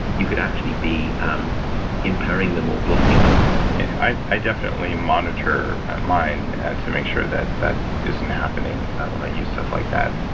you could actually be um impairing them or blocking them i i definitely monitor mine to make sure that that isn't happening when i use stuff like that.